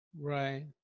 Right